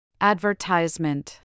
Advertisement